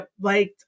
liked